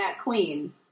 queen